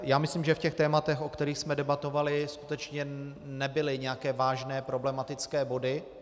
Já myslím, že v těch tématech, o kterých jsme debatovali, skutečně nebyly nějaké vážné problematické body.